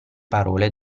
parole